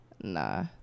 nah